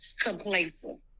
complacent